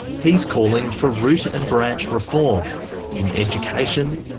he's calling for root and branch reform in education,